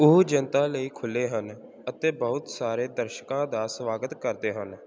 ਉਹ ਜਨਤਾ ਲਈ ਖੁੱਲ੍ਹੇ ਹਨ ਅਤੇ ਬਹੁਤ ਸਾਰੇ ਦਰਸ਼ਕਾਂ ਦਾ ਸਵਾਗਤ ਕਰਦੇ ਹਨ